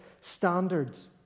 standards